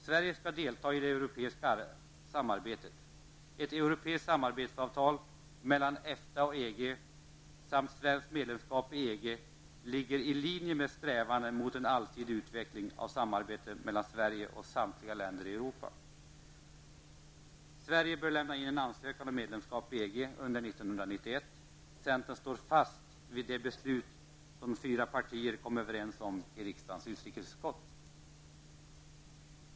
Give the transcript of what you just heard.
Sverige skall delta i det europeiska samarbetet. Ett europeiskt samarbetsavtal mellan EFTA och EG samt svenskt medlemskap i EG ligger i linje med strävandena mot allsidig utveckling av samarbetet mellan Sverige och samtliga länder i Europa. Sverige bör lämna in en ansökan om medlemskap i EG under 1991. Centern står fast vid det beslut som fyra partier kom överens om i riksdagens utrikesutskott.